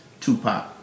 Tupac